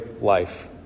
life